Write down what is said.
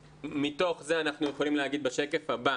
מתוך זה אנחנו יכולים להגיד בשקף הבא